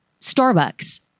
Starbucks